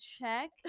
check